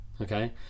Okay